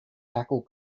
tackle